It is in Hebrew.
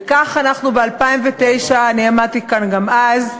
וכך אנחנו ב-2009, אני עמדתי כאן גם אז,